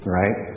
right